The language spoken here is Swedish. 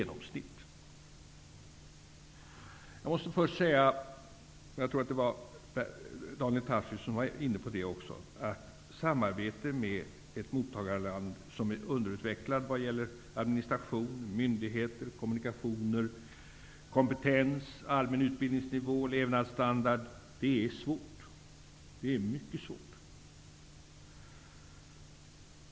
Låt mig först säga, och jag tror att Daniel Tarschys var inne på det också, att samarbete med ett mottagarland som är underutvecklat vad gäller administration, myndigheter, kommunikationer, kompetens, allmän utbildningsnivå och levnadsstandard är svårt. Det är mycket svårt.